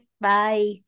Bye